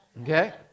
okay